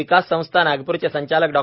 विकास संस्था नागपूरचे संचालक डॉ